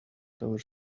tower